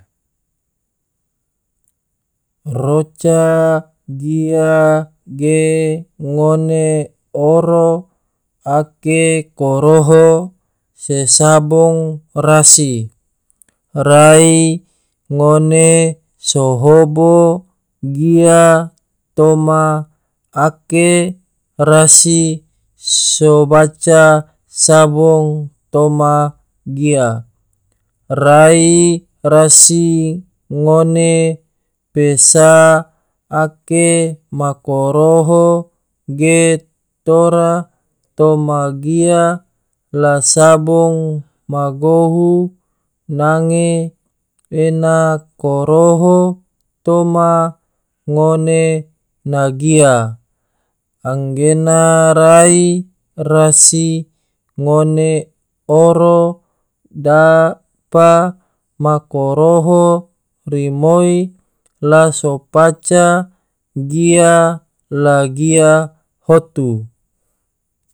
Roca gia ge ngone oro ake koroho se sabong rasi, rai ngone so hobo gia toma ake rasi so baca sabong toma gia, rai rasi ngone pesa ake ma koroho ge tora toma gia la sabong ma gohu nange ena koroho toma ngone na gia, anggena rai rasi ngone oro dapa ma koroho rimoi la so paca gia la gia hotu.